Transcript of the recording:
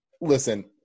Listen